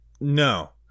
No